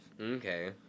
Okay